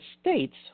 States